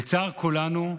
לצער כולנו,